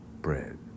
bread